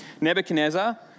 Nebuchadnezzar